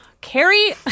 Carrie